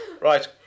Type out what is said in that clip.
right